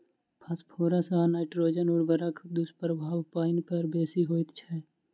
phosphorus आ nitrogen उर्वरकक दुष्प्रभाव पाइन पर बेसी होइत छै